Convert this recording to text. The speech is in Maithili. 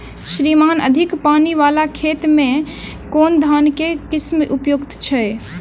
श्रीमान अधिक पानि वला खेत मे केँ धान केँ किसिम उपयुक्त छैय?